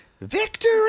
Victory